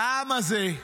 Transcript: העם הזה,